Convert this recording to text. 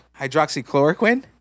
Hydroxychloroquine